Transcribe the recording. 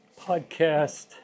podcast